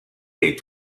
est